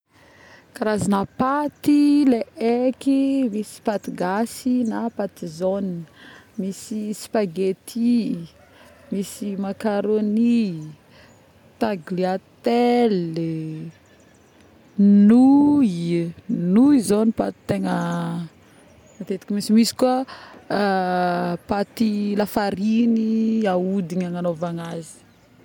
Karazagny paty le haiky misy paty gasy na paty jaune, misy spaghetti, misy macaroni, tagliatellyyy, nouille, nouille Zao ny paty tegna matetiky misy..misy koa paty lafarigny haodigna hagnanaovangna azy